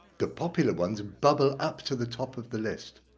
the popular ones bubble up to the top of the list.